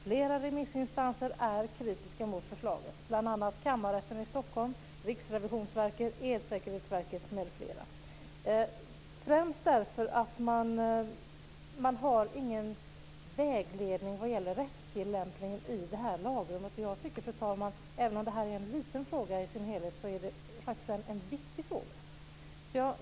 Fler remissinstanser är kritiska mot förslaget, bl.a. Kammarrätten i Stockholm, Riksrevisionsverket, Elsäkerhetsverket m.fl. Det är främst därför att man inte har någon vägledning vad gäller rättstillämpningen i lagrummet. Även om detta är en liten fråga i sin helhet, fru talman, är det en viktig fråga.